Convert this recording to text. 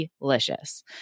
delicious